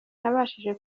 nabashije